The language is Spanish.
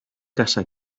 casa